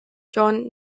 john